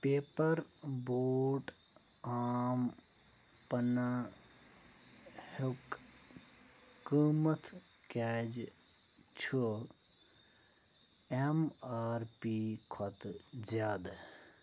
paper Boat aam panna ہُک قۭمتھ کیٛازِ چھُ ایٚم آر پی کھۄتہٕ زیادٕ